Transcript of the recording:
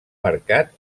mercat